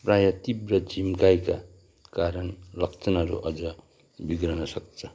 प्राय तीव्र झिम्काइका कारण लक्षणहरू अझ बिग्रन सक्छ